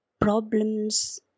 problems